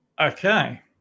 okay